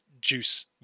juice